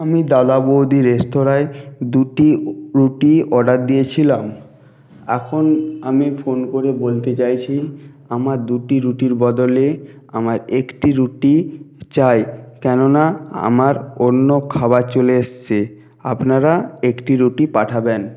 আমি দাদা বৌদি রেস্তোরাঁয় দুটি রুটি অর্ডার দিয়েছিলাম এখন আমি ফোন করে বলতে চাইছি আমার দুটি রুটির বদলে আমার একটি রুটি চাই কেননা আমার অন্য খাবার চলে এসসে আপনারা একটি রুটি পাঠাবেন